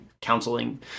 counseling